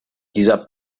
dieser